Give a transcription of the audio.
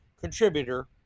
contributor